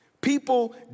people